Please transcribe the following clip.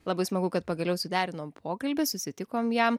labai smagu kad pagaliau suderinom pokalbį susitikom jam